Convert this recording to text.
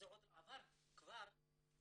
זה עוד לא עבר, כבר בשנה